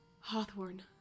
Hawthorne